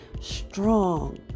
strong